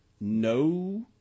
No